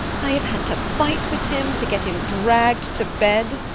i have had to fight with him to get him dragged to bed